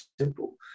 simple